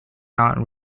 not